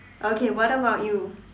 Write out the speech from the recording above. okay what about you